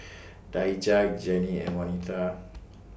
Daija Gennie and Wanita